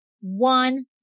one